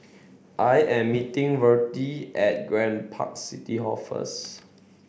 I am meeting Vertie at Grand Park City Hall first